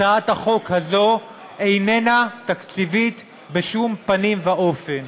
הצעת החוק הזאת איננה תקציבית בשום פנים ואופן,